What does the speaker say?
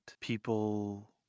people